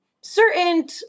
Certain